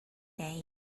day